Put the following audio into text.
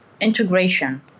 integration